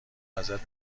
ازت